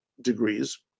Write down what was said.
degrees